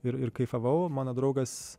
ir ir kaifavau mano draugas